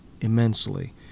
immensely